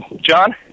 John